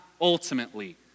ultimately